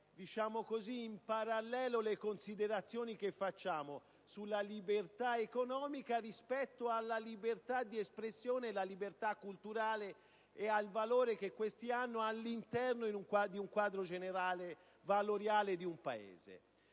debbano mettere in parallelo le considerazioni sulla libertà economica rispetto alla libertà di espressione e culturale e al valore che queste hanno all'interno di un quadro generale valoriale di un Paese.